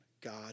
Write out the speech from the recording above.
God